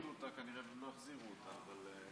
בבקשה, אדוני.